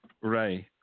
Right